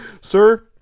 Sir